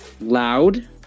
Loud